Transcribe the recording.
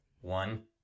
One